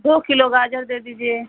दो किलो गाजर दे दीजिए